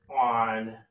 on